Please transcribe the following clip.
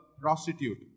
prostitute